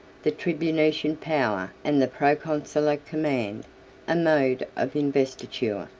the tribunitian power, and the proconsular command a mode of investiture,